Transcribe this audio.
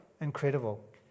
Incredible